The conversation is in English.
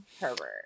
Herbert